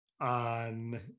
on